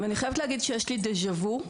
ואני חייבת להגיד שיש לי דה ז'ה וו,